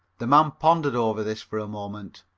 the man pondered over this for a moment.